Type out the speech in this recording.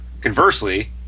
conversely